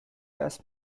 erst